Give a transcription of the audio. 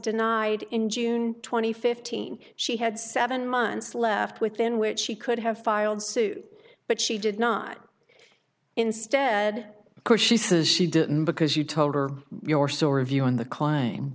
denied in june twenty fifteen she had seven months left within which she could have filed suit but she did not instead of course she says she didn't because you told her your sort of view on the c